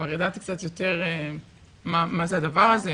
כבר ידעתי קצת יותר מה זה הדבר הזה,